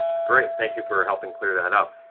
great. thank you for helping clear that up.